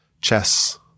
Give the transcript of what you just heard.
Chess